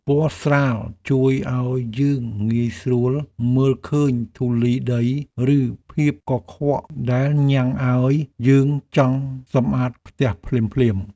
ពណ៌ស្រាលជួយឱ្យយើងងាយស្រួលមើលឃើញធូលីដីឬភាពកខ្វក់ដែលញ៉ាំងឱ្យយើងចង់សម្អាតផ្ទះភ្លាមៗ។